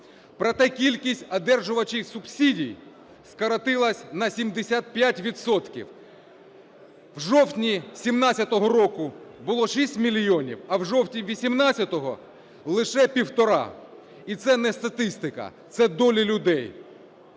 Проте кількість одержувачів субсидій скоротилася на 75 відсотків. В жовтні 17-го року було 6 мільйонів, а в жовтні 18-го – лише півтора. І це не статистика, це долі людей.